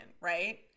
right